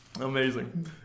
Amazing